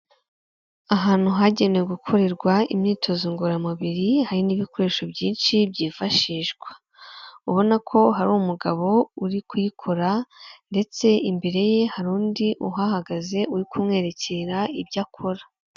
Ahantu hagenewe gukorerwa imyitozo ngororamubiri, hari n'ibikoresho byinshi byifashishwa. Ubona ko hari umugabo uri kuyikora, ndetse imbere ye hari undi uhahagaze uri kumwerekera ibyo akora.